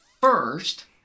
first